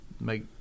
make